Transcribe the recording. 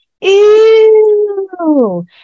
ew